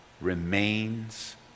remains